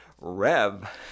Rev